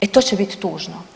E to će biti tužno.